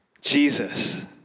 Jesus